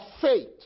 faith